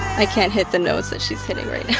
i can't hit the notes that she's hitting right